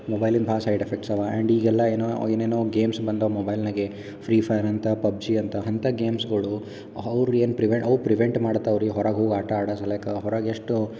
ಮೊಬೈಲಿಂದ ಭಾಳ್ side effects ಅವ ಆ್ಯಂಡ್ ಈಗೆಲ್ಲ ಏನು ಏನೇನೊ ಗೇಮ್ಸ್ ಬಂದವೆ ಮೊಬೈಲ್ನಾಗೆ ಫ್ರೀ ಫೈರ್ ಅಂತ ಪಬ್ಜಿ ಅಂತ ಅಂಥ ಗೇಮ್ಸ್ಗಳು ಅವ್ರ್ ಏನು ಪ್ರಿವೆ ಅವು ಪ್ರಿವೆಂಟ್ ಮಾಡ್ತಾವ ರೀ ಹೊರಗೆ ಹೋಗಿ ಆಟ ಆಡೋದ ಲೈಕ್ ಹೊರಗೆ ಎಷ್ಟು